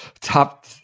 Top